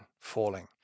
falling